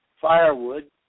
firewood